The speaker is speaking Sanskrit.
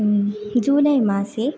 जूलै मासे